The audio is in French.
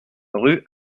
rue